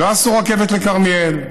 לא עשו רכבת לכרמיאל,